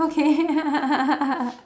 okay